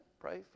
Pray